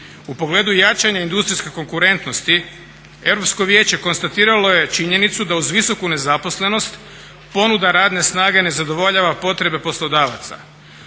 U pogledu jačanja industrijske konkurentnosti Europsko vijeće konstatiralo je činjenicu da uz visoku nezaposlenost ponuda radne snage ne zadovoljava potrebe poslodavaca.